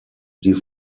die